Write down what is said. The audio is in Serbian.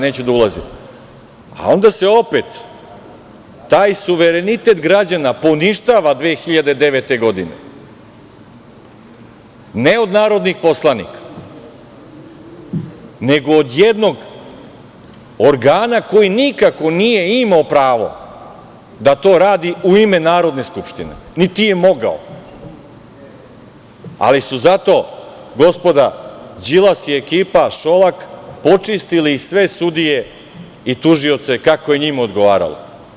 Neću da ulazim, a onda se opet taj suverenitet građana poništava 2009. godine, ne od narodnih poslanika, nego od jednog organa koji nikako nije imao pravo da to radi u ime Narodne skupštine, niti je mogao, ali su zato gospoda Đilas i ekipa Šolak počistili sve sudije i tužioce kako je njima odgovaralo.